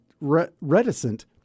reticent